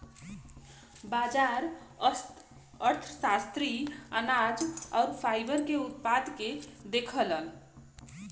बाजार अर्थशास्त्री अनाज आउर फाइबर के उत्पादन के देखलन